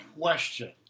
question